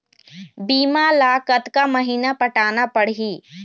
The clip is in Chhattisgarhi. बीमा ला कतका महीना पटाना पड़ही?